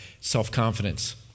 self-confidence